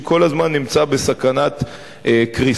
שכל הזמן נמצא בסכנת קריסה,